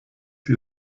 sie